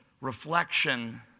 reflection